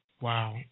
Wow